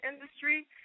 industry